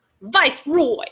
Viceroy